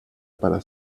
para